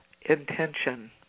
intention